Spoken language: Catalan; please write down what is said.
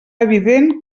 evident